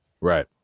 Right